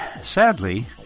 sadly